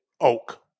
oak